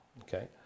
okay